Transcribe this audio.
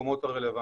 למקומו הרלוונטיים.